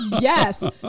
Yes